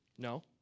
No